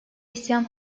isyan